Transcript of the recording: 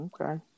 Okay